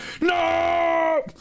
No